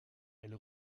elle